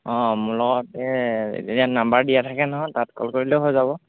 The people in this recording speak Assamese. অঁ মোৰ লগতে ইয়াত নম্বৰ দিয়া থাকে নহয় তাত কল কৰি দিলেও হৈ যাব